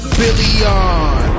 billion